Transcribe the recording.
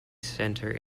center